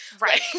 Right